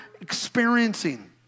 experiencing